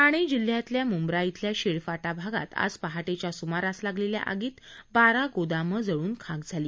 ठाणे जिल्ह्यातल्या मुंब्रा शिल्या शिलफाटा भागात आज पहाटेच्या सुमारास लागलेल्या आगीत बारा गोदामं जळून खाक झाली